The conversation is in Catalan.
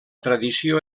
tradició